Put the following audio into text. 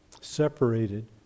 separated